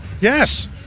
Yes